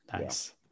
nice